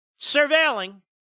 surveilling